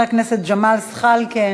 חבר הכנסת ג'מאל זחאלקה,